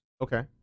Okay